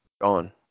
gone